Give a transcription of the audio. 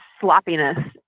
sloppiness